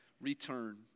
return